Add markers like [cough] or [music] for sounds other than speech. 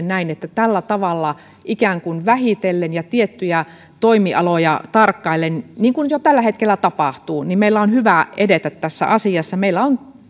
[unintelligible] näin että tällä tavalla ikään kuin vähitellen ja tiettyjä toimialoja tarkkaillen niin kuin jo tällä hetkellä tapahtuu meidän on hyvä edetä tässä asiassa meillä on [unintelligible]